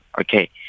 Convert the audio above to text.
okay